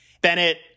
Bennett